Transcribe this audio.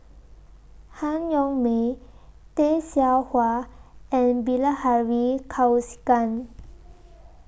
Han Yong May Tay Seow Huah and Bilahari Kausikan